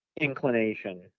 inclination